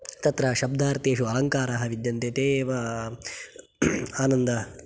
तत्र शब्दार्थेषु अलङ्काराः विद्यन्ते ते एव आनन्द